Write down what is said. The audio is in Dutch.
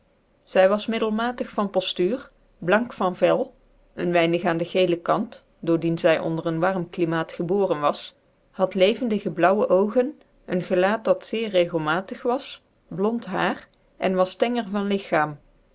zy was middelmatig van poft uur blank van vel een weinig aan dc gcclc kant door dien zy onder een warm climaat geboren was had levendige blaauwc oogen een gelaat dat zeer regelmatig was blond hur cn was tangcr van lighaam